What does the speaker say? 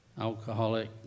alcoholic